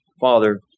Father